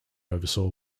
oversaw